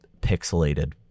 pixelated